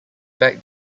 back